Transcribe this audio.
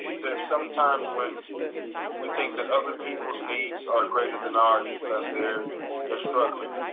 there's some times when we think that other people's needs are greater than ours because they're struggling.